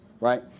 right